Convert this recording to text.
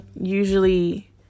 usually